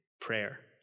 prayer